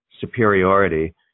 superiority